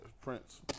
Prince